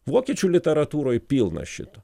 vokiečių literatūroj pilna šito